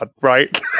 right